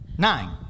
Nine